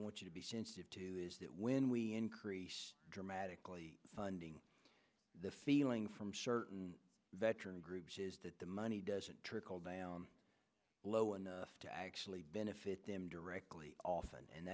want you to be sensitive to is that when we increase dramatically funding the feeling from certain veterans groups is that the money doesn't trickle down low enough to actually benefit them directly off and